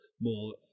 more